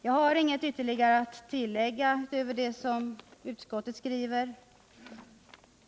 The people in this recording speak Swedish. Jag har inget ytterligare att tillägga utöver det som utskottet skriver.